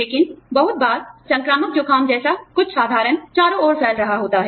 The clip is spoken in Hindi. लेकिन बहुत बार संक्रामक जुखाम जैसा कुछ साधारण चारों ओर फैल रहा होता है